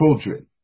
children